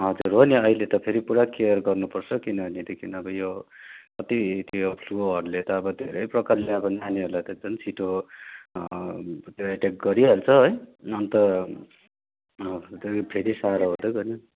हजुर हो नि अहिले त फेरि पुरा केयर गर्नुपर्छ किनभनेदेखि अब यो फ्लूहरूले त अब धेरै प्रकारले अब नानीहरूलाई त झन छिटो एटेक गरिहाल्छ है अन्त फेरि साह्रो हुँदै गयो भने